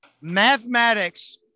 Mathematics